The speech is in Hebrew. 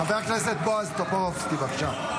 חבר הכנסת בועז טופורובסקי, בבקשה.